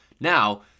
Now